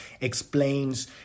explains